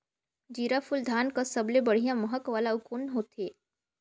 जीराफुल धान कस सबले बढ़िया महक वाला अउ कोन होथै?